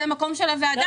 זה המקום של הוועדה.